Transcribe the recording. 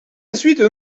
ensuite